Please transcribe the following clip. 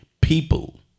people